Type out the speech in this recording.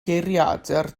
geiriadur